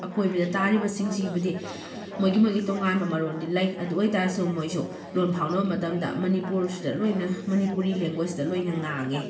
ꯑꯀꯣꯏꯕꯗ ꯇꯥꯔꯤꯕꯁꯤꯡꯁꯤꯒꯤꯕꯨꯗꯤ ꯃꯣꯏꯒꯤ ꯃꯣꯏꯒꯤ ꯇꯣꯉꯥꯟꯕ ꯃꯔꯣꯟꯗꯤ ꯂꯩ ꯑꯗꯨ ꯑꯣꯏꯇꯥꯁꯨ ꯃꯣꯏꯁꯨ ꯂꯣꯟ ꯐꯥꯎꯅ ꯃꯇꯝꯗ ꯃꯅꯤꯄꯨꯔꯁꯤꯗ ꯂꯣꯏꯅ ꯃꯅꯤꯄꯨꯔꯤ ꯂꯦꯡꯒꯣꯏꯁꯇ ꯂꯣꯏꯅ ꯉꯥꯡꯉꯦ